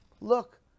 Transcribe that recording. look